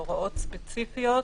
הוראות ספציפיות.